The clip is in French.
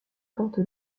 porte